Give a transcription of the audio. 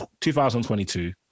2022